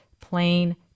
plain